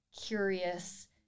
curious